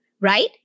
right